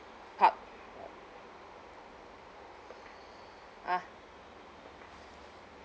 part one ah